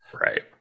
right